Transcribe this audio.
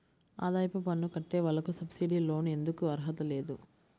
ఆదాయ పన్ను కట్టే వాళ్లకు సబ్సిడీ లోన్ ఎందుకు అర్హత లేదు?